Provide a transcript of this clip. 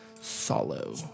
Solo